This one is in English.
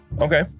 okay